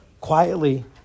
quietly